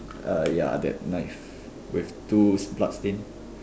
uh ya that knife with two bloodstain